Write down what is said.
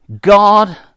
God